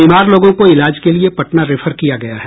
बीमार लोगों को इलाज के लिये पटना रेफर किया गया है